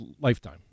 lifetime